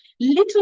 little